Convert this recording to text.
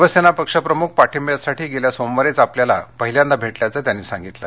शिवसेना पक्ष प्रमुख पाठिंब्यासाठी गेल्या सोमवारीच आपल्याला पहिल्यांदा भेटल्याचं त्यांनी सांगितलं